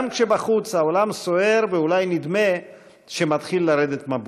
גם כשבחוץ העולם סוער ואולי נדמה שמתחיל לרדת מבול.